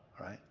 right